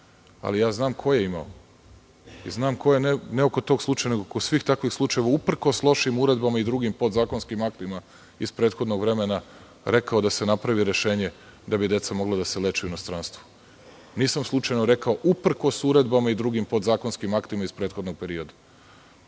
ali znam ko je imao, ne samo oko tog slučaja nego kod svih takvih slučajeva. Uprkos lošim uredbama i drugim podzakonskim aktima iz prethodnog vremena rekao da se napravi rešenje da bi deca mogla da se leče u inostranstvu. Nisam slučajno rekao uprkos uredbama i drugim podzakonskim aktima iz prethodnog perioda. Kažete,